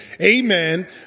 amen